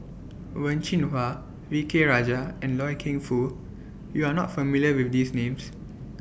Wen Jinhua V K Rajah and Loy Keng Foo YOU Are not familiar with These Names